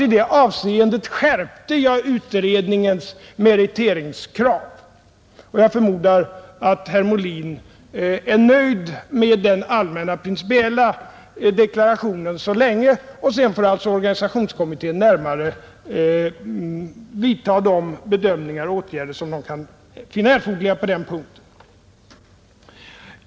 I det fallet skärpte jag alltså utredningens meriteringskrav, och jag förmodar att herr Molin tills vidare är nöjd med den allmänna principiella deklarationen. Organisationskommittén får senare vidta de närmare bedömningar och åtgärder som den kan finna erforderliga på denna punkt.